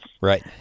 Right